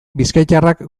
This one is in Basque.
bizkaitarrak